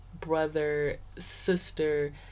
brother-sister